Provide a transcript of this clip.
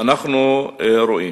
אנחנו רואים